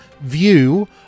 view